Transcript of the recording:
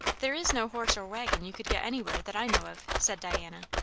there is no horse or waggon you could get anywhere, that i know of, said diana.